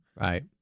right